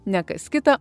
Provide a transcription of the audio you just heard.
ne kas kita